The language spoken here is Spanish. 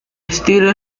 estilo